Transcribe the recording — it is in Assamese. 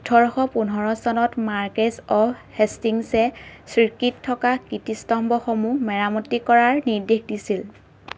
ওঠৰশ পোন্ধৰ চনত মাৰ্কেজ অৱ হেষ্টিংছে ছিক্ৰীত থকা কীৰ্তিস্তম্ভসমূহ মেৰামতি কৰাৰ নিৰ্দেশ দিছিল